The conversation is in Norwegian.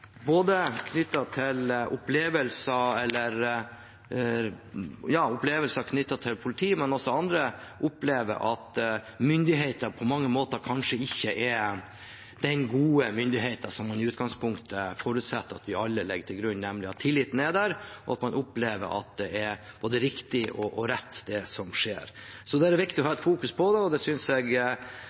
opplevelser med politiet og også andre, opplever at myndigheten på mange måter kanskje ikke er den gode myndigheten som vi i utgangspunktet forutsetter og vi alle legger til grunn, nemlig at tilliten er der, og at det er riktig og rett det som skjer. Det er det viktig å ha i fokus, og det synes jeg